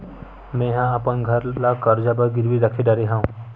मेहा अपन घर ला कर्जा बर गिरवी रख डरे हव